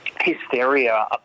hysteria